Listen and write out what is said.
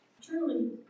truly